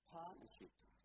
partnerships